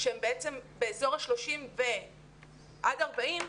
שהן באזור ה-30 עד 40,